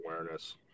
awareness